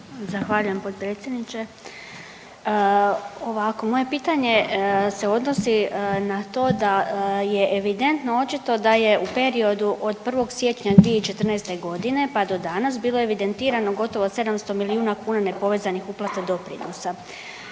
Zahvaljujem potpredsjedniče. Ovako, ovako moje pitanje se odnosi na to da je evidentno očito da je u periodu od 1. siječnja 2014. godine bilo evidentirano gotovo 700 milijuna kuna nepovezanih uplata doprinosa.